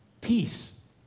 Peace